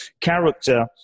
Character